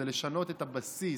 זה לשנות את הבסיס,